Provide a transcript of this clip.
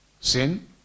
sin